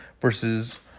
versus